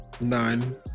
nine